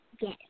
Yes